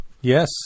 Yes